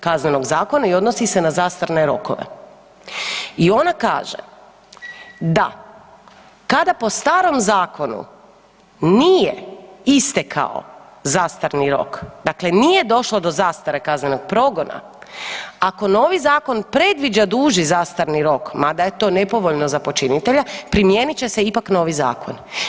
Kaznenog zakona i odnosi se na zastarne rokove i ona kaže da kada po starom zakonu nije istekao zastarni rok, dakle nije došlo do zastare kaznenog progona, ako novi zakon predviđa duži zastarni rok, mada je to nepovoljno za počinitelja, primijenit će se ipak novi zakon.